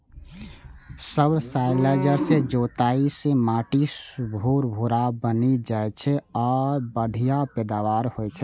subsoiler सं जोताइ सं माटि भुरभुरा बनि जाइ छै आ बढ़िया पैदावार होइ छै